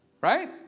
Right